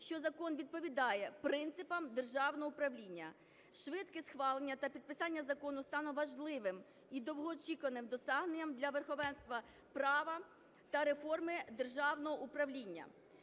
що закон відповідає принципам державного управління. Швидке схвалення та підписання закону стане важливим і довгоочікуваним досягненням для верховенства права та реформи державного управління.